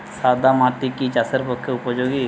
সাদা মাটি কি চাষের পক্ষে উপযোগী?